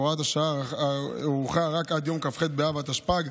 הוראת השעה הוארכה רק עד יום כ"ח באב התשפ"ג,